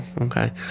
Okay